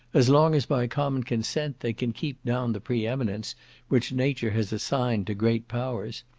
as long as by common consent they can keep down the pre-eminence which nature has assigned to great powers,